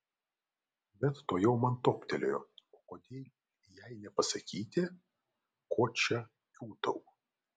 bet tuojau man toptelėjo o kodėl jai nepasakyti ko čia kiūtau